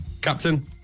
Captain